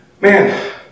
Man